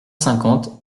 cinquante